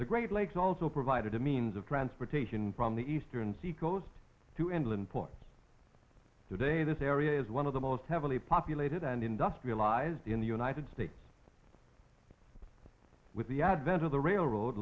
the great lakes also provided a means of transportation from the eastern seacoast to anyone ports today this area is one of the most heavily populated and industrialized in the united states with the advent of the railroad